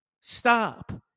Stop